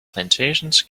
plantations